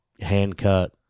hand-cut